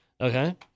Okay